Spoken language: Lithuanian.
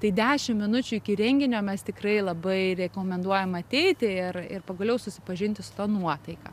tai dešim minučių iki renginio mes tikrai labai rekomenduojam ateiti ir ir pagaliau susipažinti su ta nuotaika